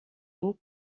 monts